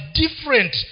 different